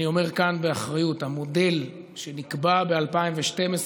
אני אומר כאן באחריות: המודל שנקבע ב-2012,